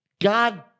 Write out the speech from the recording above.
god